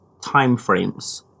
timeframes